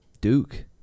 Duke